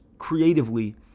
creatively